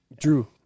Drew